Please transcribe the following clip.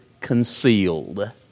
concealed